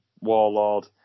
Warlord